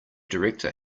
director